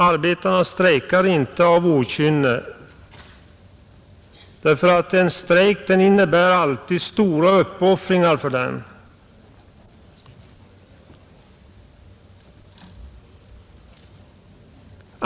Arbetarna strejkar inte av okynne, därför att en strejk innebär alltid stora uppoffringar för dem.